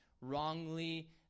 wrongly